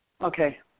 Okay